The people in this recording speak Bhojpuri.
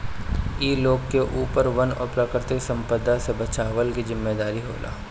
इ लोग के ऊपर वन और प्राकृतिक संपदा से बचवला के जिम्मेदारी होला